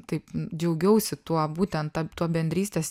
taip džiaugiausi tuo būten ta tuo bendrystės